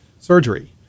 surgery